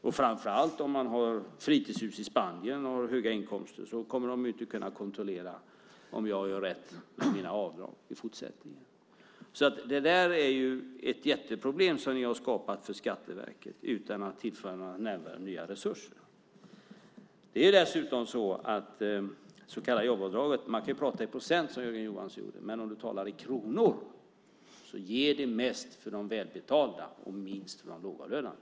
Om man har fritidshus i Spanien och höga inkomster kommer de inte att kunna kontrollera om man gör rätt avdrag i fortsättningen. Det är ett jätteproblem som ni har skapat för Skatteverket utan att tillföra några nämnvärda nya resurser. Man kan prata i procent, som Jörgen Johansson gjorde, men om man talar i kronor ger jobbskatteavdraget mest till de välbetalda och minst till de lågavlönade.